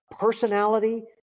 personality